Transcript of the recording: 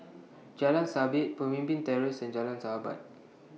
Jalan Sabit Pemimpin Terrace and Jalan Sahabat